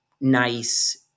nice